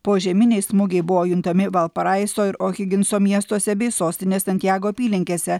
požeminiai smūgiai buvo juntami valparaiso ir ohiginso miestuose bei sostinės santjago apylinkėse